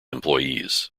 employees